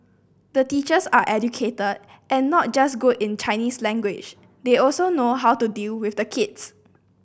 the teachers are educated and not just good in Chinese language they also know how to deal with the kids